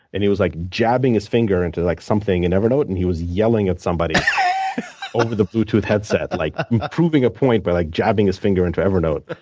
and he was like jabbing his finger into like something in evernote, and he was yelling at somebody over the blue tooth headset like proving a point by like jabbing his finger into evernote.